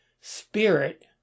Spirit